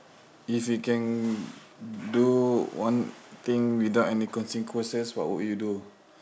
if you can do one thing without any consequences what would you do